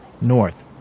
north